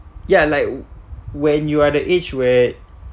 ya like when you are the age where